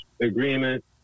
agreement